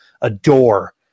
adore